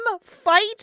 fight